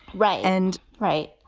right and right.